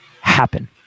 happen